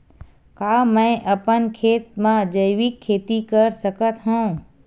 का मैं अपन खेत म जैविक खेती कर सकत हंव?